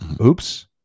Oops